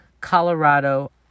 Colorado